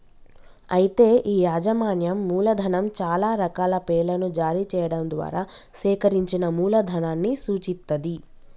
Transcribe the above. అయితే ఈ యాజమాన్యం మూలధనం చాలా రకాల పేర్లను జారీ చేయడం ద్వారా సేకరించిన మూలధనాన్ని సూచిత్తది